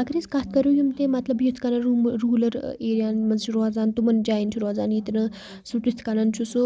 اَگر أسۍ کَتھ کَرو یِم تہِ مطلب یِتھ کَنۍ رورل ایریا ہن منٛز چھِ روزان تِمن جاین چھِ رروزان ییٚتہِ نہٕ سُہ تِتھ کَنۍ چھُ سُہ